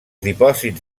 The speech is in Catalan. dipòsits